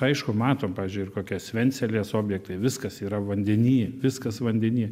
aišku matom pavyzdžiui ir kokia svencelės objektai viskas yra vandeny viskas vandeny